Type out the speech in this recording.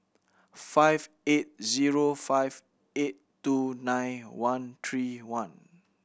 five eight zero five eight two nine one three one